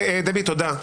דבי תודה.